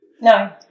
No